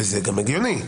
זה גם הגיוני.